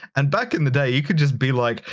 and back in the day you could just be like,